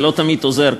זה לא תמיד עוזר.